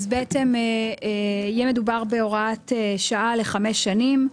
אז בעצם יהיה מדובר בהוראת שעה לחמש שנים.